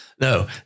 No